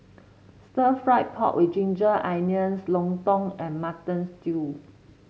Stir Fried Pork with Ginger Onions Lontong and Mutton Stew